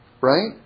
right